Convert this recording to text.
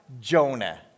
Jonah